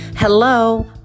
Hello